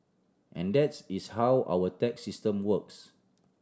and that's is how our tax system works